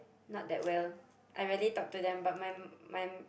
not that well I rarely talk to them but my my